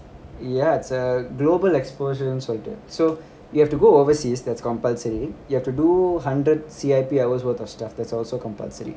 ya it's err global exposure சொல்லிட்டு:sollidu so you have to go overseas that's compulsory you have to do hundred C_I_P hours worth of stuff that's also compulsory